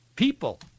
People